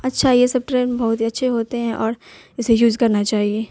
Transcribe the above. اچھا یہ سب ٹرین بہت ہی اچھے ہوتے ہیں اور اسے یوز کرنا چاہیے